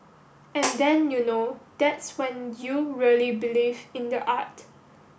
and then you know that's when you really believe in the art